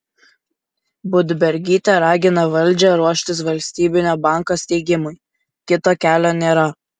budbergytė ragina valdžią ruoštis valstybinio banko steigimui kito kelio nėra